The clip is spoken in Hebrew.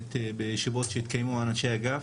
בישיבות שהתקיימו עם אנשי האגף.